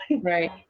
Right